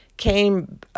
came